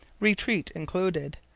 retreat included,